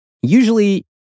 Usually